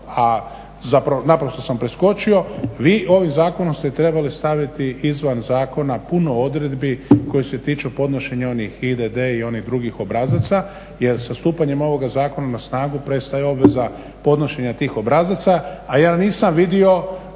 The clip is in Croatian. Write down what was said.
a naprosto sam preskočio. Vi ovim zakonom ste trebali staviti izvan zakona puno odredbi koje se tiču podnošenja onih IDD i onih drugih obrazaca jer sa stupanjem ovoga zakona na snagu prestaje obveza podnošenja tih obrazaca a ja nisam vidio